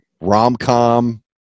rom-com